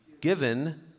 given